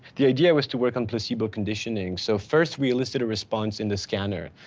the idea was to work on placebo conditioning. so first we enlisted a response in the scanner,